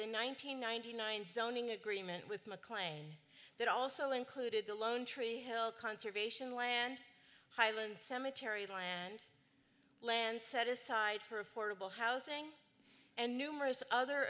hundred ninety nine zoning agreement with mclean that also included the lone tree hill conservation land highland cemetery land land set aside for affordable housing and numerous other